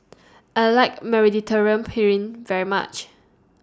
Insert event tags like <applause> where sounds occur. I like <unintelligible> very much